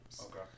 Okay